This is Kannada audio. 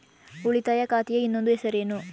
ಉಳಿತಾಯ ಖಾತೆಯ ಇನ್ನೊಂದು ಹೆಸರೇನು?